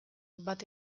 bat